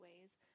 ways